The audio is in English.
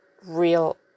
real